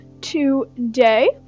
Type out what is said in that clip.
today